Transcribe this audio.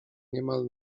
niemal